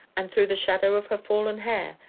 and, through the shadow of her fallen hair,